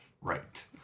right